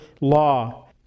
law